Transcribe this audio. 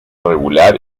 regular